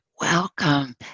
welcome